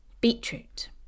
Beetroot